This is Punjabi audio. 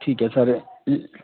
ਠੀਕ ਹੈ ਸਰ